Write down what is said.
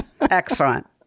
Excellent